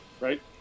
Right